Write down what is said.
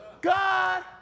God